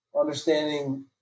understanding